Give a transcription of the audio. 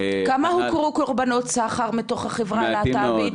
--- כמה הוכרו קורבנות סחר מתוך החברה הלהט"בית?